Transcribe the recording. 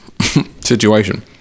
situation